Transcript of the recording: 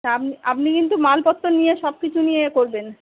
তা আপনি আপনি কিন্তু মালপত্র নিয়ে সব কিছু নিয়ে এ করবেন